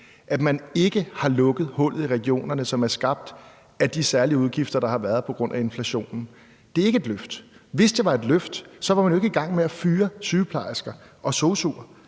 at man ikke har lukket hullet i regionerne, som er skabt af de særlige udgifter, der har været på grund af inflationen. Det er ikke et løft. Hvis det var et løft, var man ikke i gang med at fyre sygeplejersker og sosu'er.